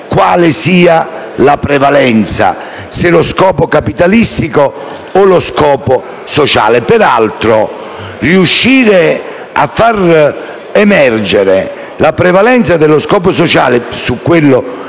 quale prevalga, se lo scopo capitalistico o quello sociale. Peraltro, riuscire a far emergere la prevalenza dello scopo sociale su quello